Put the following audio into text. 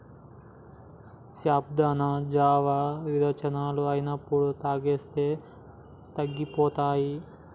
సాబుదానా జావా విరోచనాలు అయినప్పుడు తాగిస్తే తగ్గిపోతాయి